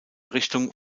richtung